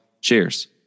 cheers